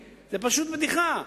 זו פשוט בדיחה.